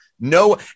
No